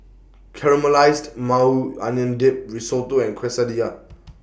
Caramelized Maui Onion Dip Risotto and Quesadillas